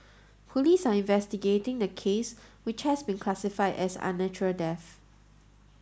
police are investigating the case which has been classified as an unnatural death